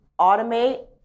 automate